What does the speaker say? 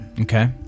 Okay